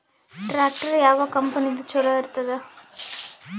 Tractor ಯಾವ ಕಂಪನಿದು ಚಲೋ ಇರತದ?